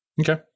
okay